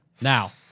Now